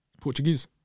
Portuguese